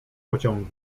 pociągu